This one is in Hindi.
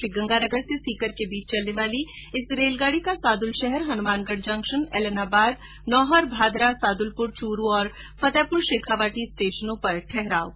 श्रीगंगानगर से सीकर के बीच चलने वाले इस रेलगाड़ी का साद्रलशहर हनुमानगढ जंक्शन एलनाबाद नोहर भादरा सादुलपुर चूरू और फतेहपुर शेखावाटी स्टेशनों पर ठहराव होगा